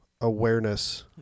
awareness